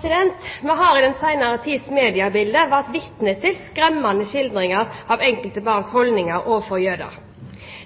Horne. Vi har i den senere tids mediebilde vært vitne til skremmende skildringer av enkelte barns holdninger overfor jøder.